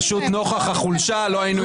פשוט נוכח החולשה, לא היינו ערים לעוצמה.